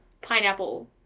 pineapple